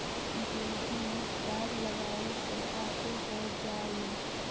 गेहूं कब लगावे से आगे हो जाई?